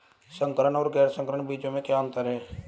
संकर और गैर संकर बीजों में क्या अंतर है?